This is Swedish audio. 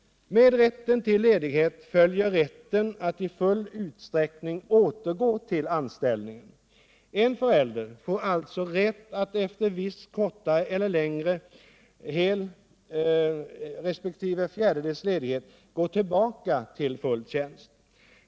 Med rätten till ledighet följer rätten att i full utsträckning återgå will . anställningen. En förälder får alltså rätt att efter viss kortare eller längre hel resp. fjärdedels ledighet gå tillbaka till full tjänst.